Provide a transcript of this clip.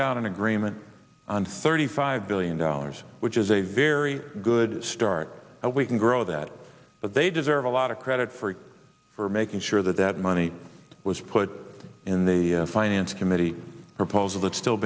an agreement on thirty five billion dollars which is a very good start and we can grow that but they deserve a lot of credit for for making sure that that money was put in the finance committee proposal it's still